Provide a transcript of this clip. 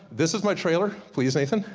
this is my trailer, please nathan,